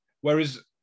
Whereas